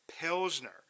Pilsner